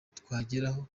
twageraho